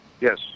Yes